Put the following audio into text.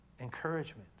encouragement